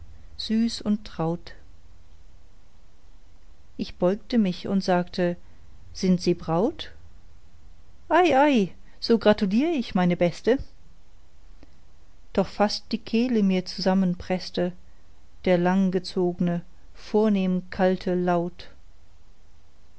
süß und traut ich beugte mich und sagte sind sie braut ei ei so gratulier ich meine beste doch fast die kehle mir zusammenpreßte der langgezogne vornehm kalte laut